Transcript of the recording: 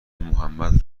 محمد